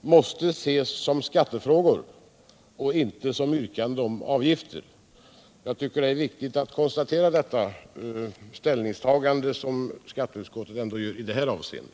måste ses som skattefrågor och inte som yrkanden om avgifter. Jag tycker det är viktigt att konstatera det ställningstagande som skatteutskottet gör i det här avseendet.